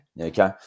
okay